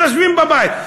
יושבים בבית.